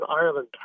Ireland